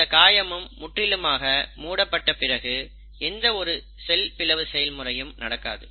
அந்தக் காயம் முற்றிலுமாக மூடப்பட்ட பிறகு எந்த ஒரு செல் பிளவு செயல்முறையும் நடக்காது